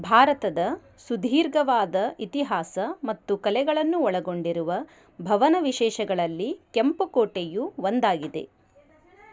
ಭಾರತದ ಸುದೀರ್ಘವಾದ ಇತಿಹಾಸ ಮತ್ತು ಕಲೆಗಳನ್ನು ಒಳಗೊಂಡಿರುವ ಭವನ ವಿಶೇಷಗಳಲ್ಲಿ ಕೆಂಪು ಕೋಟೆಯು ಒಂದಾಗಿದೆ